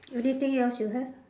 anything else you have